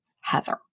Heather